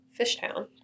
Fishtown